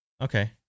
Okay